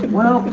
well, but